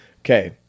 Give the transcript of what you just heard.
Okay